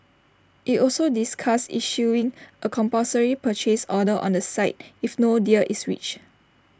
IT also discussed issuing A compulsory purchase order on the site if no deal is reached